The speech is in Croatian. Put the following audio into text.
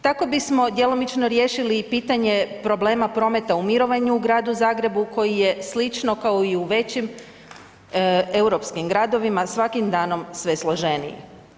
Tako bismo djelomično riješili i pitanje problema prometa u mirovanju u Gradu Zagrebu koji je slično kao i u većim europskim gradovima svakim danom sve složeniji.